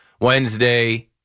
Wednesday